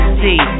see